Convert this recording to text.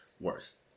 worse